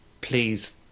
Please